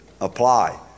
Apply